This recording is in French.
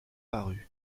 parus